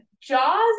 Jaws